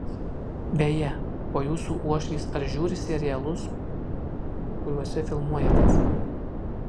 beje o jūsų uošvis ar žiūri serialus kuriose filmuojatės